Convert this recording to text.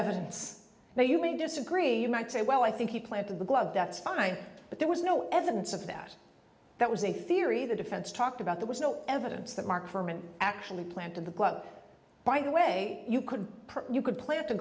evidence now you may disagree you might say well i think he planted the glove that's fine but there was no evidence of that that was a theory the defense talked about there was no evidence that mark fuhrman actually planted the glove by the way you could you could pla